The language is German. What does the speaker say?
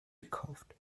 gekauft